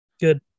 Good